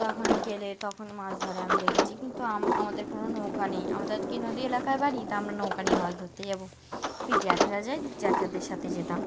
তখনই গেলে তখন মাছ ধরে আমি দেখেছি কিন্তু আ আমাদের কোনো নৌকা নেই আমাদের কি নদী এলাকায় বাড়ি তা আমরা নৌকা নিয়েই মাছ ধরতে যাবো ওই জ্যাঠারা যায় জ্যাঠাদের সাথে যেতাম